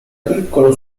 piccolo